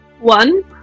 One